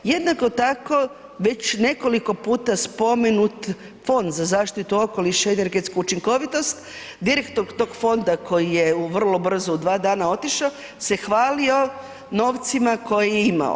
Jednako tako već nekoliko puta spomenut Fond za zaštitu okoliša i energetsku učinkovitost, direktor tog fonda koji je vrlo brzo u dva dana otišao se hvalio novcima koje je imao.